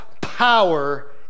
power